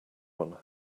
one